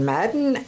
Madden